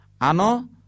Ano